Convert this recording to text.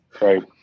right